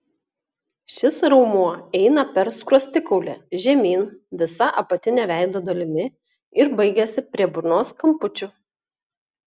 šis raumuo eina per skruostikaulį žemyn visa apatine veido dalimi ir baigiasi prie burnos kampučių